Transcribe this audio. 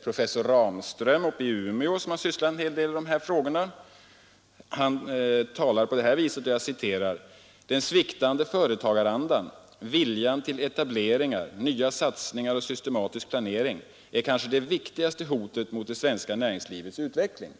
Professor Ramström i Umeå, som sysslat en hel del med dessa frågor, har t.ex. talat om ”den sviktande ”företagarandan” — viljan till etableringar, nya satsningar och systematisk planering kanske det viktigaste hotet mot det svenska näringslivets utveckling”.